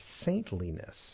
saintliness